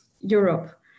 Europe